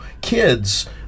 Kids